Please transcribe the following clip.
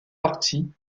partie